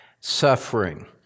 suffering